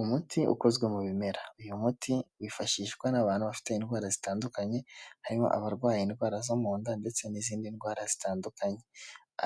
Umuti ukozwe mu bimera, uyu muti wifashishwa n'abantu bafite indwara zitandukanye harimo abarwaye indwara zo munda ndetse n'izindi ndwara zitandukanye,